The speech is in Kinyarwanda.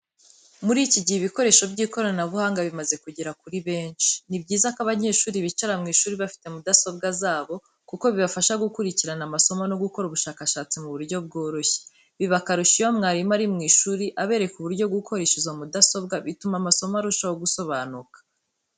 Muri iki gihe ibikoresho by'ikoranabuhanga bimaze kugera kuri benshi, ni byiza ko abanyeshuri bicara mu ishuri bafite mudasobwa zabo, kuko bibafasha gukurikirana amasomo no gukora ubushakashatsi mu buryo bworoshye. Biba akarusho iyo mwarimu ari mu ishuri, abereka uburyo bwo gukoresha izo mudasobwa bituma amasomo arushaho gusobanuka.